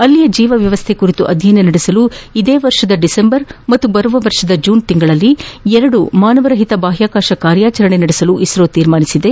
ಅಲ್ಲಿನ ಜೀವ ವ್ಯವಸ್ಥೆ ಕುರಿತು ಅಧ್ಯಯನ ನಡೆಸಲು ಇದೇ ವರ್ಷದ ಡಿಸೆಂಬರ್ ಹಾಗೂ ಬರುವ ವರ್ಷದ ಜೂನ್ ನಲ್ಲಿ ಎರಡು ಮಾನವರಹಿತ ಬಾಹ್ಯಾಕಾಶ ಕಾರ್ಯಾಚರಣೆ ನಡೆಸಲು ಇಸ್ರೋ ನಿರ್ಧರಿಸಿದೆ